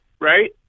right